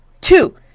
Two